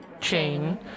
chain